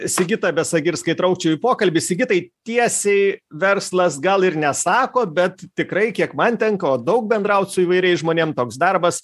sigitą besagirską įtraukčiau į pokalbį sigitai tiesiai verslas gal ir nesako bet tikrai kiek man tenka o daug bendraut su įvairiais žmonėm toks darbas